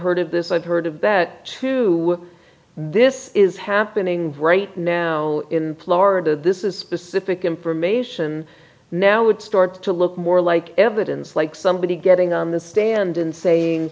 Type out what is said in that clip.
heard of this i've heard of that too this is happening right now in florida this is specific information now would start to look more like evidence like somebody getting on the stand in saying